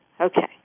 Okay